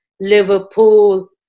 Liverpool